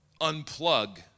unplug